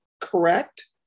correct